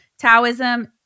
Taoism